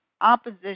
opposition